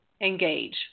engage